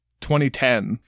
2010